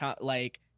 like-